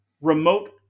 remote